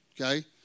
okay